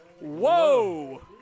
Whoa